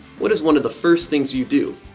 what is one of the first things you do?